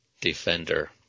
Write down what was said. defender